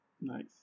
Nice